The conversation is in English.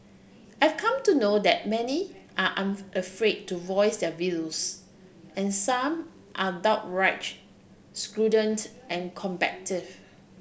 I've come to know that many are unafraid to voice their views and some are downright student and combative